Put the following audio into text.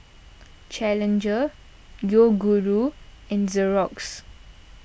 Challenger Yoguru and Xorex